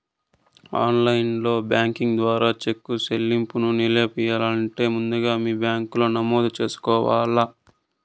online banking ద్వారా చెక్కు సెల్లింపుని నిలిపెయ్యాలంటే ముందుగా మీ బ్యాంకిలో నమోదు చేసుకోవల్ల